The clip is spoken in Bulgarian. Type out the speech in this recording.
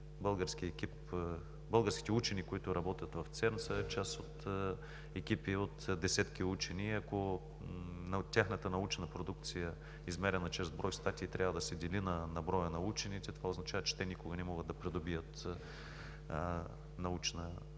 Българските учени, които работят, са част от екипи от десетки учени. Ако тяхната научна продукция, измерена чрез брой статии, трябва да се дели на броя на учените, това означава, че те никога не могат да придобият научна степен